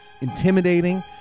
intimidating